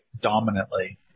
dominantly